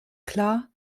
klar